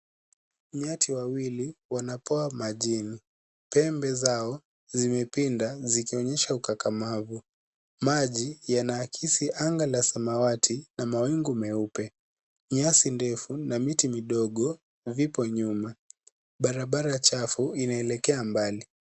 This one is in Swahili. Nyati wawili wanapoa majini. Pembeni zao zimepinda zikionyesha ukakamavu. Maji yanaakisi anga la samawati na mawingu meupe. Nyasi ndefu na miti midogo vipo nyuma. Barabara chafu inaelekea mbali.